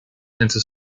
into